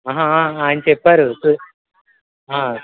ఆయన చెప్పారు